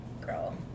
girl